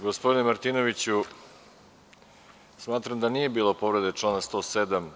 Gospodine Martinoviću, smatram da nije bilo povrede člana 107.